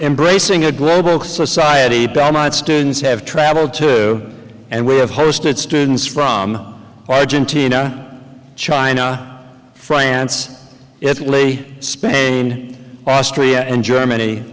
embracing a global society prominent students have traveled to and we have hosted students from argentina china france italy spain austria and germany